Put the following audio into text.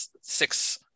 six